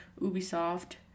Ubisoft